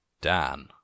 Dan